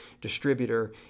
distributor